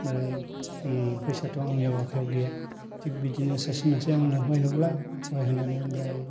ओमफ्राय ओम फैसाथ' आंनियाव आखायाव गैया थिग बिदिनो सासे मानसिया आंनो सहाय होबाय सहाय होनानै ओमफ्राय